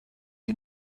you